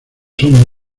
son